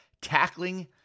tackling